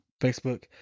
Facebook